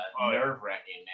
nerve-wracking